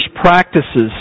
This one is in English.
practices